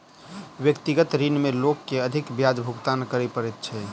व्यक्तिगत ऋण में लोक के अधिक ब्याज भुगतान करय पड़ैत छै